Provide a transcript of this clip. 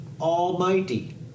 Almighty